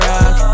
Rock